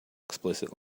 explicit